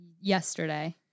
Yesterday